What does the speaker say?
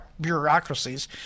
bureaucracies